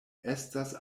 estas